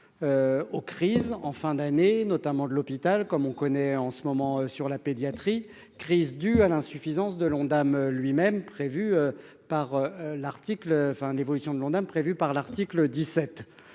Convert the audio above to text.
aux crises en fin d'année, notamment de l'hôpital comme on connaît en ce moment sur la pédiatrie crise due à l'insuffisance de l'Ondam lui-même prévu par l'article,